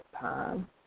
time